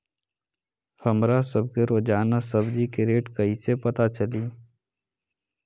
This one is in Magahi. हमरा सब के रोजान सब्जी के रेट कईसे पता चली?